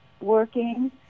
working